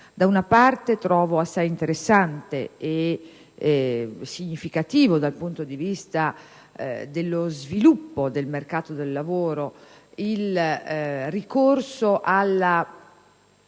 Da una parte, trovo assai interessante e significativo, dal punto di vista dello sviluppo del mercato del lavoro, il ricorso alle